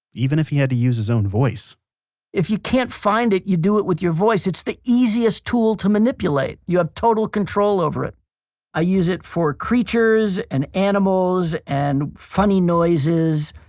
even if he had to use his own voice if you can't find it, you do it with your voice. it's the easiest tool to manipulate, you have total control over it i use it for creatures and animals and funny noises.